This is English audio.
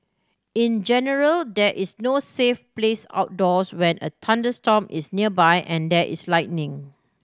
in general there is no safe place outdoors when a thunderstorm is nearby and there is lightning